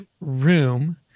room